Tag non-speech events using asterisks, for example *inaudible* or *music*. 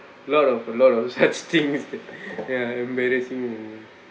lot of a lot of *laughs* such things that ya embarrassing moment